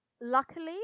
Luckily